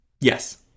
Yes